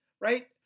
right